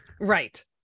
Right